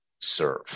serve